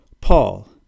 Paul